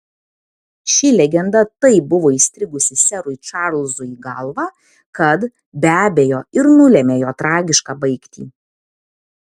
ši legenda taip buvo įstrigusi serui čarlzui į galvą kad be abejo ir nulėmė jo tragišką baigtį